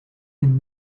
been